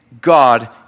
God